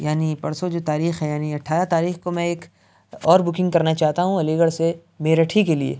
یعنی پرسوں جو تاریخ ہے یعنی اٹھارہ تاریخ کو میں ایک اور بکنگ کرنا چاہتا ہوں علی گڑھ سے میرٹھ ہی کے لیے